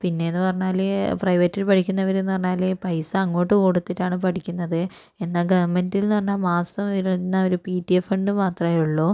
പിന്നെ എന്ന് പറഞ്ഞാല് പ്രൈവറ്റില് പഠിക്കുന്നവര് എന്ന് പറഞ്ഞാല് പൈസ അങ്ങോട്ട് കൊടുത്തിട്ടാണ് പഠിക്കുന്നത് എന്നാൽ ഗവണ്മെന്റില് എന്നു പറഞ്ഞാല് മാസം വരുന്നൊരു പി റ്റി എ ഫണ്ട് മാത്രമെ ഉള്ളൂ